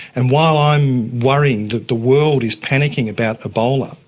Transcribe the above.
and while i'm worrying that the world is panicking about ebola,